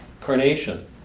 carnation